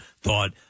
thought